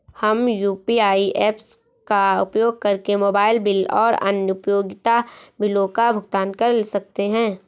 हम UPI apps का उपयोग करके मोबाइल बिल और अन्य उपयोगिता बिलों का भुगतान कर सकते हैं